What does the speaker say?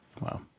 Wow